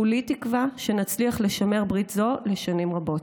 כולי תקווה שנצליח לשמר ברית זו לשנים רבות.